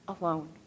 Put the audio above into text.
alone